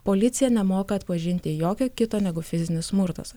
policija nemoka atpažinti jokio kito negu fizinis smurtas